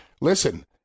Listen